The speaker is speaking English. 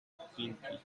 pavement